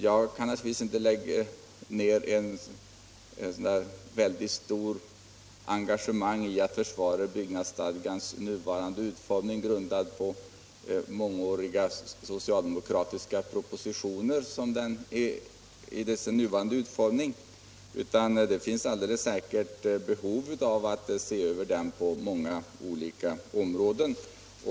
Jag kan naturligtvis inte lägga ned ett så väldigt stort engagemang i att försvara byggnadsstadgans nuvarande utformning, grundad som den är på mångåriga socialdemokratiska propositioner. Det finns alldeles säkert behov av att se över den på många olika områden.